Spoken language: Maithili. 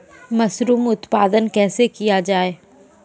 मसरूम उत्पादन कैसे किया जाय?